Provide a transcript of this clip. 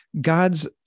God's